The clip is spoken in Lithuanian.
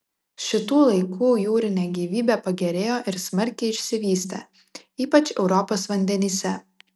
šitų laikų jūrinė gyvybė pagerėjo ir smarkiai išsivystė ypač europos vandenyse